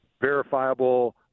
verifiable